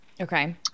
okay